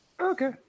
Okay